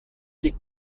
des